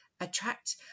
attract